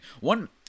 one